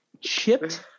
Chipped